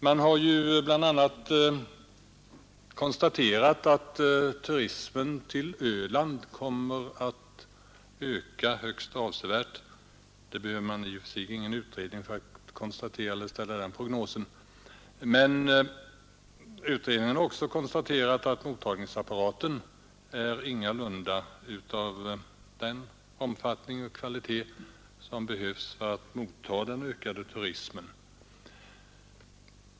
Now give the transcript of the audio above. Man har bl.a. konstaterat att turismen på Öland kommer att öka högst avsevärt — det behövs i och för sig ingen utredning för att ställa den prognosen. Men utredningen har också konstaterat att mottagningsapparaten ingalunda är av den omfattning och kvalitet som behövs för att man skall kunna motta den ökande turismen.